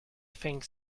think